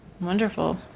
Wonderful